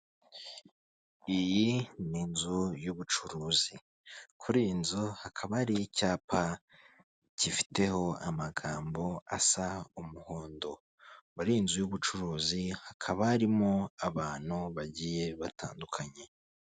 Iyi ni inzu y'ubucuruzi kuri iyi nzu hakaba hariho icyapa kifiteho amagambo asa umuhondo muri iyi inzu y'ubucuruzi hakaba harimo abantu bagiye batandukanye.